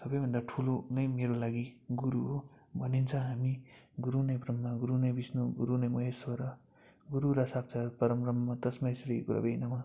सबैभन्दा ठुलो नै मेरो लागि गुरु हो भनिन्छ हामी गुरु नै ब्रह्म गुरु नै बिष्णु गुरु नै महेश्वर गुरु र साक्षात् परमब्रह्म तस्मै श्री गुरुवे नमः